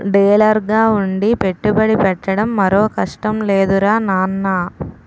డీలర్గా ఉండి పెట్టుబడి పెట్టడం మరో కష్టం లేదురా నాన్నా